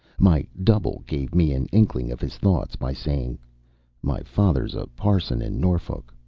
my double gave me an inkling of his thoughts by saying my father's a parson in norfolk.